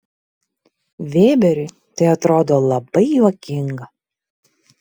vėberiui tai atrodo labai juokinga